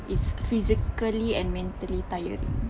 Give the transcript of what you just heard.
it's physically and mentally tired